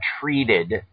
treated